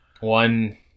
one